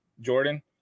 Jordan